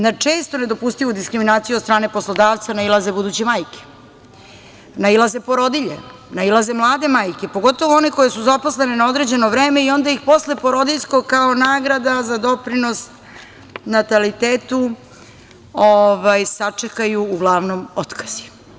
Na često nedopustivu diskriminaciju od strane poslodavca nailaze buduće majke, nailaze porodilje, nailaze mlade majke, pogotovo one koje su zaposlene na određeno vreme i onda ih posle porodiljskog kao nagrada za doprinos natalitetu sačekaju uglavnom otkazi.